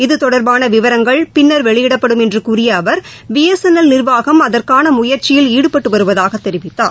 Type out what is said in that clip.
இத்தொடர்பானவிவரங்கள் பின்னர் வெளியிடப்படும் என்றுகூறியஅவர் பிஎஸ்என்எல் நிர்வாகம் அதற்கானமுயற்சியில் ஈடுபட்டுவருவதாகதெரிவித்தார்